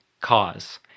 cause